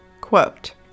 Quote